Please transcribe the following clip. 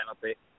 penalty